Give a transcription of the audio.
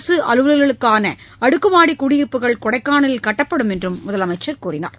அரசு அலுவலர்களுக்கான அடுக்குமாடி குடியிருப்புகள் கொடைக்கானலில் கட்டப்படும் என்றும் முதலமைச்சர் தெரிவித்தார்